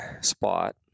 spot